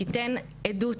ייתן עדות.